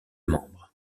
membres